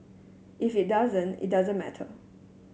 if it doesn't it doesn't matter